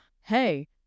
hey